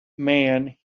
man